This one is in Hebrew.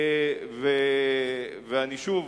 ושוב,